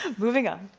moving on.